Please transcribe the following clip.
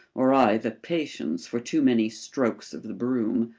or i the patience for too many strokes of the broom.